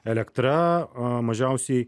elektra a mažiausiai